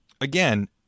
Again